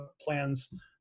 plans